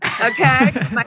okay